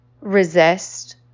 resist